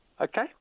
Okay